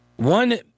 One